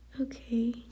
Okay